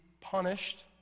punished